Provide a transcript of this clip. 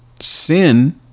Sin